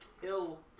kill